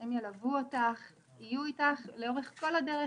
הם ילוו אותך ויהיו איתך לאורך כל הדרך,